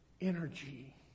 energy